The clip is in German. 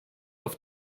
auf